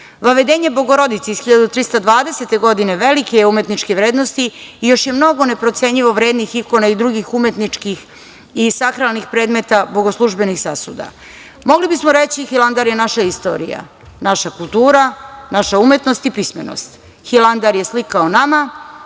Vavedenje Bogorodice iz 1320. godine velike je umetničke vrednosti i još je mnogo neprocenjivo vrednih ikona i drugih umetničkih i sakralnih predmeta, bogoslužbenih sasuda. Mogli bismo reći da je Hilandar naša istorija, naša kultura, naša umetnost i naša pismenost. Hilandar je slikao nama